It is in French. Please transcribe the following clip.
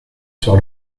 sur